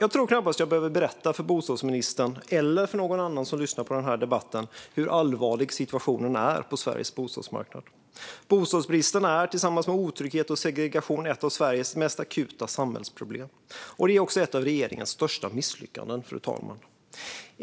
Jag tror knappast att jag behöver berätta för bostadsministern eller för någon annan som lyssnar på den här debatten hur allvarlig situationen är på Sveriges bostadsmarknad. Bostadsbristen är tillsammans med otrygghet och segregation ett av Sveriges mest akuta samhällsproblem. Den är också ett av regeringens största misslyckanden, fru talman.